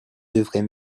devrait